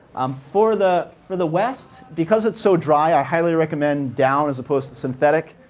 um for the for the west, because it's so dry, i highly recommend down as opposed to synthetic.